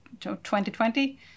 2020